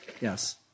Yes